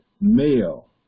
male